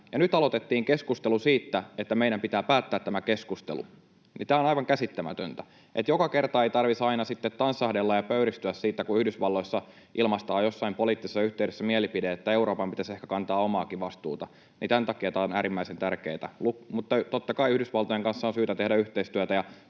nyt aloitettiin keskustelu siitä, että meidän pitää päättää tämä keskustelu. Tämä on aivan käsittämätöntä. Joka kerta ei tarvitsisi aina sitten tanssahdella ja pöyristyä siitä, kun Yhdysvalloissa ilmaistaan jossain poliittisessa yhteydessä mielipide, että Euroopan pitäisi ehkä kantaa omaakin vastuuta. Tämän takia tämä on äärimmäisen tärkeätä. Mutta totta kai Yhdysvaltojen kanssa on syytä tehdä yhteistyötä.